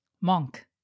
monk